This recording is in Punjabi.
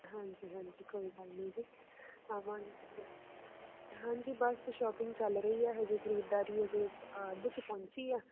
ਹਾਂਜੀ ਹਾਂਜੀ ਕੋਈ ਗੱਲ ਨਹੀਂ ਜੀ ਆਵਾਂਗੇ ਹਾਂਜੀ ਬਸ ਸ਼ੋਪਿੰਗ ਚੱਲ ਰਹੀ ਆ ਹਾਲੇ ਖਰੀਦਦਾਰੀ ਹਾਲੇ ਅੱਧ 'ਚ ਪਹੁੰਚੀ ਆ